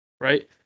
right